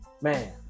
man